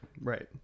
Right